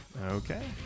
Okay